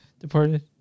Departed